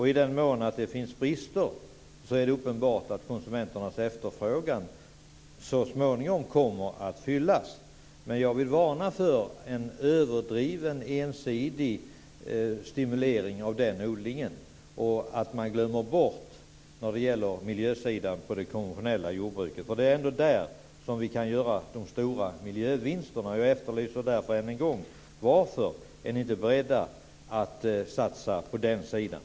I den mån det finns brister är det uppenbart att konsumenternas efterfrågan så småningom kommer att fyllas. Jag vill varna för en överdriven ensidig stimulering av den odlingen. Man får inte glömma bort miljön när det gäller det konventionella jordbruket. Det är ju ändå där som vi kan göra de stora miljövinsterna. Jag frågar därför än en gång: Varför är ni inte beredda att satsa på den sidan?